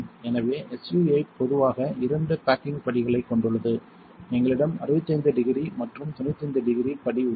எனவே SU 8 பொதுவாக இரண்டு பேக்கிங் படிகளைக் கொண்டுள்ளது எங்களிடம் 65 டிகிரி மற்றும் 95 டிகிரி படி உள்ளது